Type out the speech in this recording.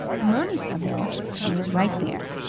manisha, though she was right there.